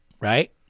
right